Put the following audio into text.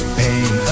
pain